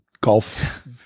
golf